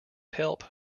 help